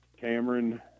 Cameron